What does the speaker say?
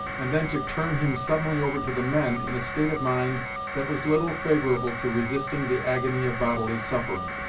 and then to turn him suddenly over to the men in a state of mind that was little favorable to resisting the agony of bodily suffering.